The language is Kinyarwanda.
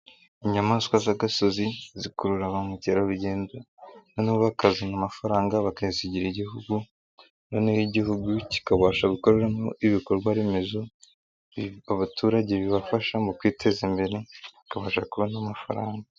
Inyamaswa z'agasozi zikurura ba mukerarugendo noneho bakazana amafaranga bakayasigira igihugu, noneho igihugu kikabasha gukoreramo ibikorwaremezo abaturage bibafasha mu kwiteza imbere bakabasha kubona amafaranga.